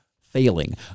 failing